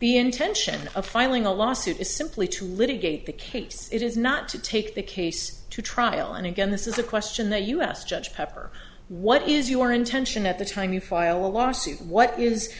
the intention of filing a lawsuit is simply to litigate the case it is not to take the case to trial and again this is a question the us judge pepper what is your intention at the time you file a lawsuit what is the